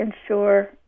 ensure